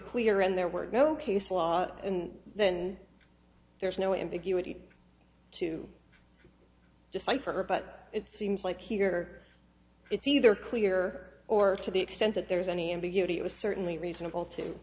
clear and there were no case law and then there's no ambiguity to decipher but it seems like here it's either clear or to the extent that there is any ambiguity it was certainly reasonable to